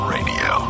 Radio